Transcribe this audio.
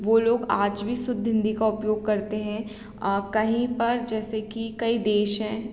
वह लोग आज भी शुद्ध हिंदी का उपयोग करते हैं कहीं पर जैसे कि कई देश हैं